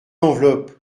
l’enveloppe